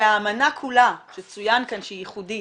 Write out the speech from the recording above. והאמנה כולה שצוין כאן שהיא ייחודית